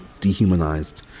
dehumanized